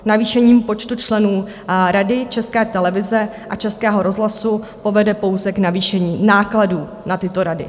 Navýšení počtu členů Rady České televize a Českého rozhlasu povede pouze k navýšení nákladů na tyto rady.